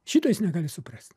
šito jis negali suprasti